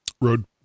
road